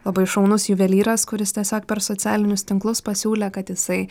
labai šaunus juvelyras kuris tiesiog per socialinius tinklus pasiūlė kad jisai